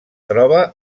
troba